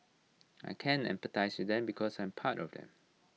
I can empathise with them because I'm part of them